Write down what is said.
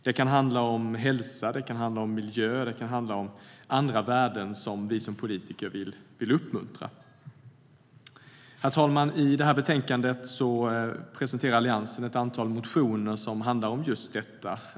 Det kan handla om hälsa, det kan handla om miljö, det kan handla om andra värden som vi politiker vill uppmuntra. Herr talman! I det här betänkandet presenterar Alliansen ett antal motioner som handlar om just detta.